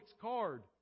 card